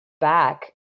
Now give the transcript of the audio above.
back